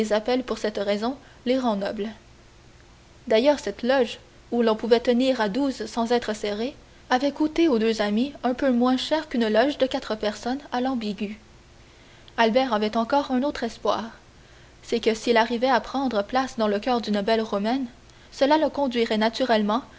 pour cette raison les rangs nobles d'ailleurs cette loge où l'on pouvait tenir à douze sans être serrés avait coûté aux deux amis un peu moins cher qu'une loge de quatre personnes à l'ambigu albert avait encore un autre espoir c'est que s'il arrivait à prendre place dans le coeur d'une belle romaine cela le conduirait naturellement